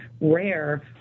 rare